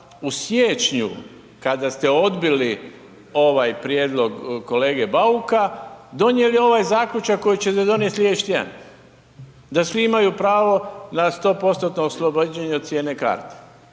u siječnju kada ste odbili ovaj prijedlog kolege Bauka, donijeli ovaj zaključak koji ćete donijeti slijedeći tjedan, da svi imaju pravo na 100%-tno oslobođenje od cijene karti.